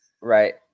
right